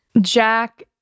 Jack